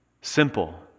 simple